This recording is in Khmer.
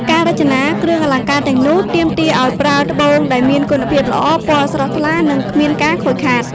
ការរចនាគ្រឿងអលង្ការទាំងនោះ ទាមទារឱ្យប្រើត្បូងដែលមានគុណភាពល្អ ពណ៌ស្រស់ថ្លា និងគ្មានការខូចខាត។